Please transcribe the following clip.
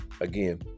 again